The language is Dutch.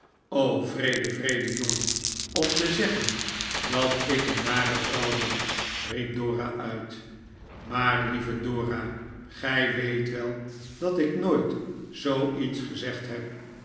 wreede wreede jongen om te zeggen dat ik een nare vrouw ben riep dora uit maar lieve dora gij weet wel dat ik nooit zoo iets gezegd heb